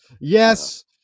Yes